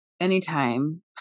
anytime